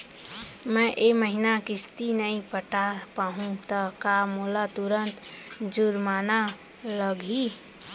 मैं ए महीना किस्ती नई पटा पाहू त का मोला तुरंत जुर्माना लागही?